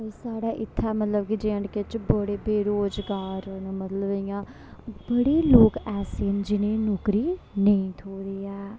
साढ़े इत्थे मतलब के जे एंड के च बड़े बेरोजगार न मतलब इ'यां बड़े लोक ऐसे न जिनेंई नौकरी नेईं थ्होई दी ऐ